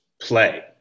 play